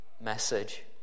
message